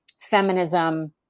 feminism